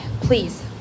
Please